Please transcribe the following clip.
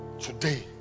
Today